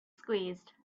squeezed